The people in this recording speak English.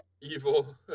Evil